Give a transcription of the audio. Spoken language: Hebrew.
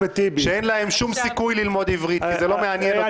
אין להם שום סיכוי ללמוד עברית כי זה לא מעניין אותם בכלל.